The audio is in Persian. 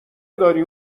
داری